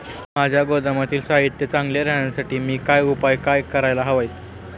माझ्या गोदामातील साहित्य चांगले राहण्यासाठी मी काय उपाय काय करायला हवेत?